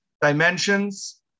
dimensions